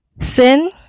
sin